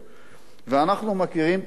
"ואנחנו מכירים את הקלישאה,